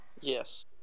Yes